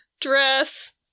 dress